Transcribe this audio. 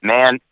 Man